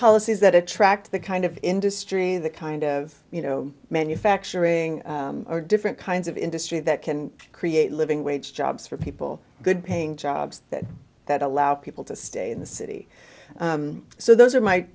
policies that attract the kind of industry the kind of you know manufacturing or different kinds of industry that can create living wage jobs for people good paying jobs that allow people to stay in the city so those are my